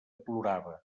plorava